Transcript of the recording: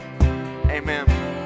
amen